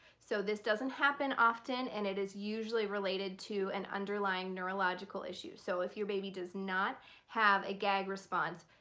so this doesn't happen often and it is usually related to an underlying neurological issue. so if your baby does not have a gag response,